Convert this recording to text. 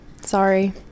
Sorry